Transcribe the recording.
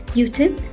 YouTube